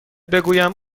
بگویم